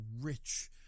rich